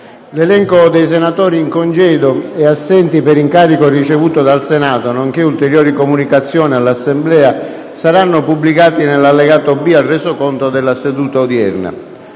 L'elenco dei senatori in congedo e assenti per incarico ricevuto dal Senato, nonché ulteriori comunicazioni all'Assemblea saranno pubblicati nell'allegato B al Resoconto della seduta odierna.